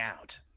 out